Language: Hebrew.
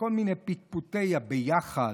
בכל מיני פטפוטי הביחד,